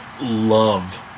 love